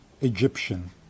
Egyptian